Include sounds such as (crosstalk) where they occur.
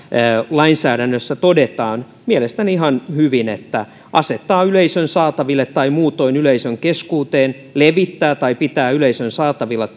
lainsäädännössä todetaan mielestäni ihan hyvin että asettaa yleisön saataville tai muutoin yleisön keskuuteen levittää tai pitää yleisön saatavilla (unintelligible)